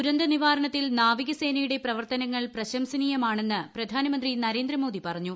ദുരന്ത നിവാരണത്തിൽ നാവികസേനയുടെ പ്രവർത്തനങ്ങൾ പ്രശംസനീയമാണെന്ന് പ്രധാനമന്ത്രി നരേന്ദ്രമോദി പറഞ്ഞു